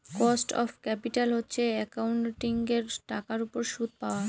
cost of capital হচ্ছে একাউন্টিঙের টাকার উপর সুদ পাওয়া